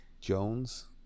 Jones